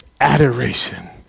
adoration